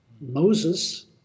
Moses